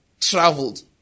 traveled